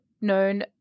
known